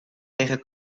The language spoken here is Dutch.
tegen